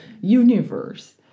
universe